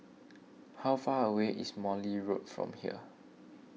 how far away is Morley Road from here